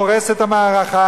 הורס את המערכה,